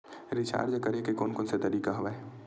Recharge करे के कोन कोन से तरीका हवय?